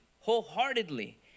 wholeheartedly